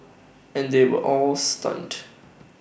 and they were all stunned